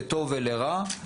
לטוב ולרע,